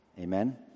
Amen